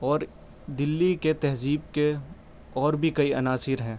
اور دلّی کے تہذیب کے اور بھی کئی عناصر ہیں